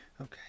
Okay